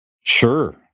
Sure